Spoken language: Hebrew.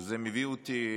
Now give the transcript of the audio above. וזה מביא אותי